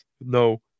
No